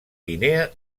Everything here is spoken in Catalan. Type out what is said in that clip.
guinea